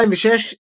X-Entertainment.